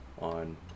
on